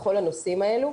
בכל הנושאים האלו,